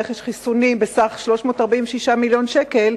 רכש חיסונים בסך 346 מיליון שקל,